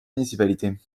municipalité